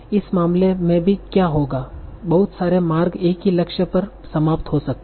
इस मामले में भी क्या होगा बहुत सारे मार्ग एक ही लक्ष्य पर समाप्त हो सकते हैं